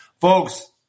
Folks